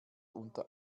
unter